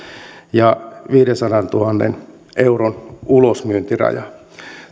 ja viidensadantuhannen euron ulosmyyntiraja